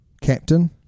Captain